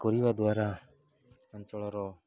କରିବା ଦ୍ୱାରା ଅଞ୍ଚଳର